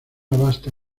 vasta